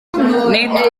nid